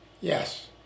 Yes